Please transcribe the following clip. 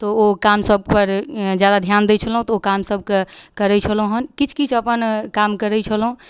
तऽ ओ काम सबपर जादा ध्यान दै छलहुँ तऽ ओ काम सबके करै छलहुँ हन किछु किछु अपन काम करै छलहुँ